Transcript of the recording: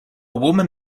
woman